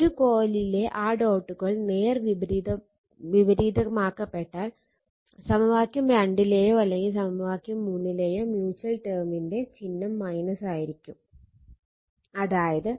ഒരു കോയിലിലെ ആ ഡോട്ടുകൾ നേർ വിപരീതമാക്കപ്പെട്ടാൽ സമവാക്യം 2 ലെയോ അല്ലെങ്കിൽ സമവാക്യം 3 ലെയോ മ്യൂച്ചൽ ടേമിന്റെ ചിഹ്നം മൈനസ് ആയിരിക്കും അതായത്